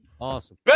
Awesome